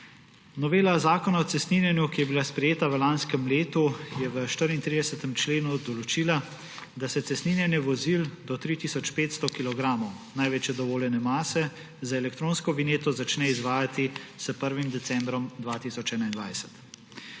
Novela zakona o cestninjenju, ki je bila sprejeta v lanskem letu, je v 34. členu določila, da se cestninjenje vozil do 3 tisoč 500 kilogramov največje dovoljene mase z elektronsko vinjeto začne izvajati s 1. decembrom 2021.